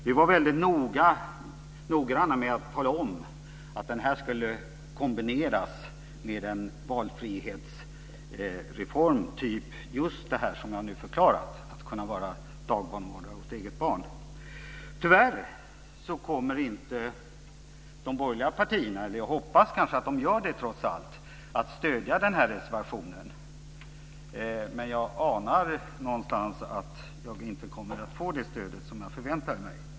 Vi var väldigt noggranna med att tala om att den skulle kombineras med en valfrihetsreform typ att kunna vara dagbarnvårdare åt eget barn. Jag hoppas trots allt att de borgerliga partierna kommer att stödja denna reservation, men jag anar att jag inte kommer att få det stöd som jag förväntat mig.